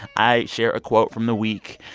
i share a quote from the week.